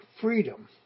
freedom